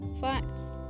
Facts